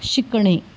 शिकणे